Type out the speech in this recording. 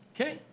okay